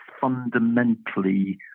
fundamentally